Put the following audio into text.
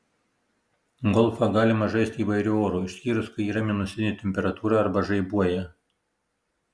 golfą galima žaisti įvairiu oru išskyrus kai yra minusinė temperatūra arba žaibuoja